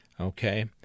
Okay